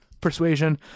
Persuasion